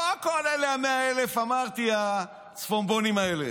לא כל אלה, ה-100,000 הצפונבונים האלה.